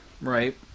Right